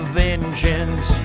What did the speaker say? vengeance